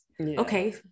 Okay